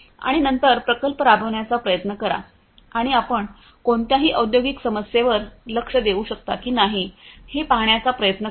आणि नंतर प्रकल्प राबवण्याचा प्रयत्न करा आणि आपण कोणत्याही औद्योगिक समस्येवर लक्ष देऊ शकता की नाही हे पहाण्याचा प्रयत्न करा